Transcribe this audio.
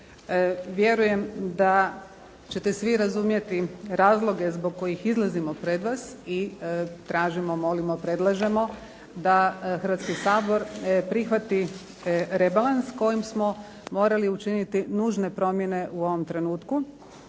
Vjerujem da ćete svi razumjeti razloge zbog kojih izlazimo pred vas i tražimo, molimo, predlažemo da Hrvatski sabor prihvati rebalans kojim smo morali učiniti nužne promjene u ovom trenutku